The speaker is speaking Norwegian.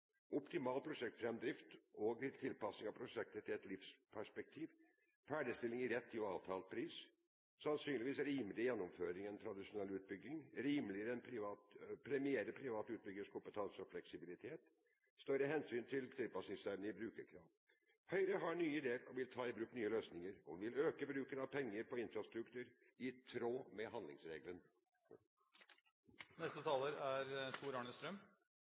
optimal prosjektframdrift og tilpasning av prosjektet til et livsperspektiv, ferdigstilling til rett tid og avtalt pris, sannsynligvis rimeligere gjennomføring enn ved tradisjonell utbygging, premierer privat utbyggers kompetanse og fleksibilitet, og tar større hensyn til tilpasningsevne til brukerkrav. Høyre har nye ideer, vil ta i bruk nye løsninger og vil øke bruken av penger på infrastruktur i tråd med